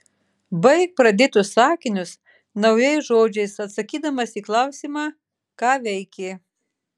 baik pradėtus sakinius naujais žodžiais atsakydamas į klausimą ką veikė